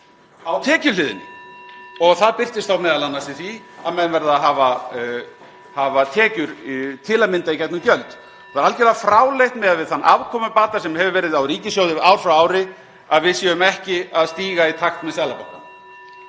á tekjuhliðinni. Það birtist m.a. í því að menn verða að hafa tekjur, til að mynda í gegnum gjöld. Það er algerlega fráleitt miðað við þann afkomubata sem hefur verið á ríkissjóði ár frá ári að við séum ekki að stíga í takt við Seðlabankann.